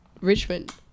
Richmond